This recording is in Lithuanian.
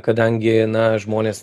kadangi na žmonės